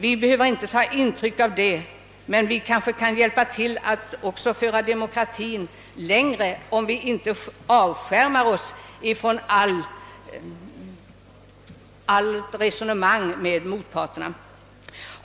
Vi behöver inte ta intryck av detta system, men vi kan kanske hjälpa till att föra demokratin längre om vi inte avskärmar oss ifrån allt resonemang med motparterna.